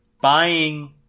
buying